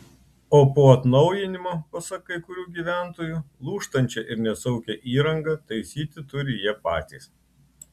o po atnaujinimo pasak kai kurių gyventojų lūžtančią ir nesaugią įrangą taisyti turi jie patys